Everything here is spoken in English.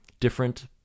different